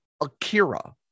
Akira